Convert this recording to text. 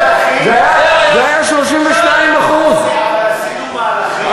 זה היה 32%. אבל עשינו מהלכים.